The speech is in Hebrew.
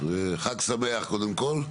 חג שמח, קודם כל.